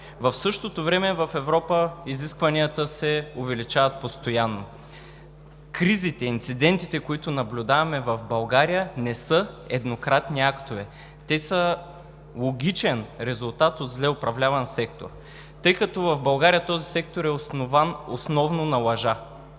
В същото време в Европа изискванията се увеличават постоянно. Кризите, инцидентите, които наблюдаваме в България, не са еднократни актове. Те са логичен резултат от зле управляван сектор, тъй като в България този сектор е основан основно на лъжа.